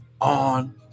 on